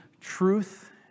truth